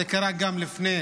זה קרה גם לפני